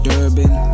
Durban